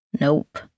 Nope